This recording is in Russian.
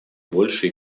больше